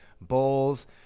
bowls